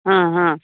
ಹಾಂ ಹಾಂ